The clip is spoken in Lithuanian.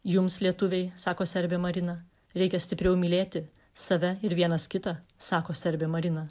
jums lietuviai sako serbė marina reikia stipriau mylėti save ir vienas kitą sako serbė marina